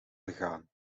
begaan